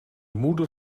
moeder